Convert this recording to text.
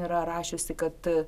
yra rašiusi kad